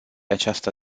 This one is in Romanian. această